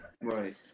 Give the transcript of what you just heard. Right